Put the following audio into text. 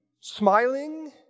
smiling